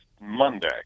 Monday